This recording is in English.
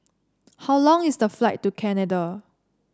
how long is the flight to Canada